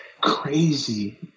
crazy